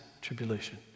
tribulation